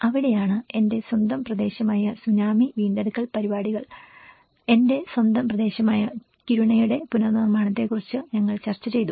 അവിടെയാണ് എന്റെ സ്വന്തം പ്രദേശമായ സുനാമി വീണ്ടെടുക്കൽ പരിപാടികൾ എന്റെ സ്വന്തം പ്രദേശമായ കിരുണയുടെ പുനർനിർമ്മാണത്തെക്കുറിച്ച് ഞങ്ങൾ ചർച്ചചെയ്തു